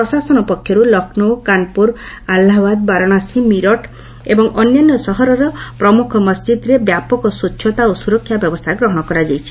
ପ୍ରଶାସନ ପକ୍ଷରୁ ଲକ୍ଷ୍ନୌ କାନପୁର ଆହ୍ଲାବାଦ ବାରାଣସୀ ମୀରଟ ଏବଂ ଅନ୍ୟାନ ସହରରେ ପ୍ରମୁଖ ମସ୍ଜିଦ୍ରେ ବ୍ୟାପକ ସ୍ୱଚ୍ଚତା ଓ ସୁରକ୍ଷା ବ୍ୟବସ୍ଥା ଗ୍ରହଣ କରାଯାଇଛି